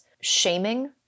shaming